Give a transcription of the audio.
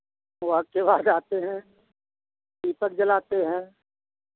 वह के बाद आते हैं दीपक जलाते हैं